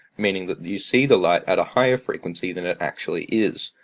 meaning that you see the light at a higher frequency than it actually is.